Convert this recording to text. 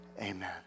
amen